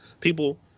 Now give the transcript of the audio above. People